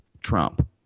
Trump